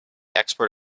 export